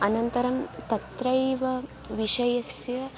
अनन्तरं तत्रैव विषयस्य